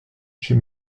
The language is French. j’ai